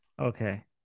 Okay